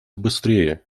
быстрее